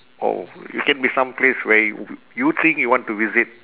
or it can be some place where you think you want to visit